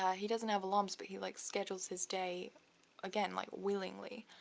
yeah he doesn't have alarms, but he like schedules his day again, like willingly,